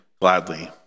gladly